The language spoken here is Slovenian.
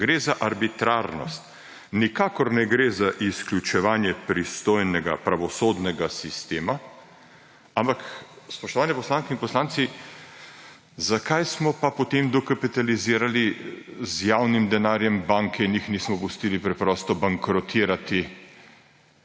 Gre za arbitrarnost. Nikakor ne gre za izključevanje pristojnega pravosodnega sistema, ampak, spoštovani poslanke in poslanci, zakaj smo pa potem dokapitalizirali z javnim denarjem banke in jih nismo pustili preprosto bankrotirati,